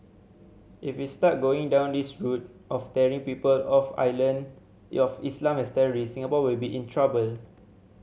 if we start going down this route of tarring people of island Islam as terrorists Singapore will be in trouble